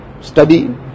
study